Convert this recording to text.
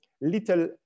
little